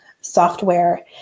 software